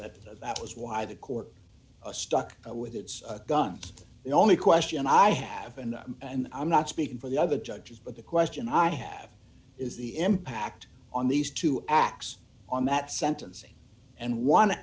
that that was why the court a stuck with its guns the only question i have and and i'm not speaking for the other judges but the question i have is the impact on these two acts on that sentencing and wan